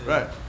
Right